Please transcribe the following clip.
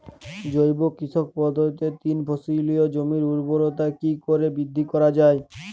জৈব কৃষি পদ্ধতিতে তিন ফসলী জমির ঊর্বরতা কি করে বৃদ্ধি করা য়ায়?